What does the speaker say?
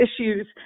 issues